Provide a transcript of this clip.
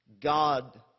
God